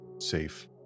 safe